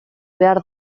behar